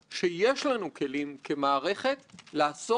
גדולה יותר לכתובתם של כל אחד מן האנשים שנמצאים כאן.